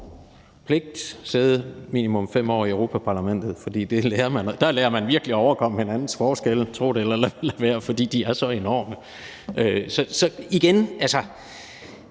burde sidde minimum 5 år i Europa-Parlamentet, for der lærer man virkelig at overkomme hinandens forskelle, tro det eller lad være, fordi de er så enorme. Så igen vil